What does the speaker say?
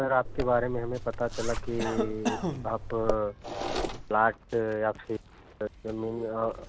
sir आपके बारे में हमें पता चला कि आप प्लाट या फिर